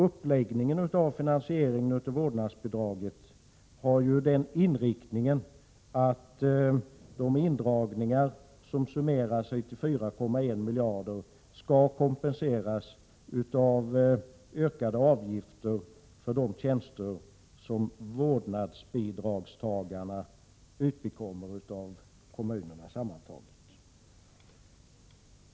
Uppläggningen av finansieringen av vårdnadsbidraget har den inriktningen att de indragningar som summeras till 4,1 miljarder kronor skall kompenseras av ökade avgifter för de tjänster som vårdnadsbidragstagarna sammantaget utbekommer av kommunerna.